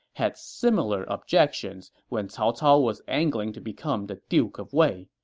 had similar objections when cao cao was angling to become the duke of wei.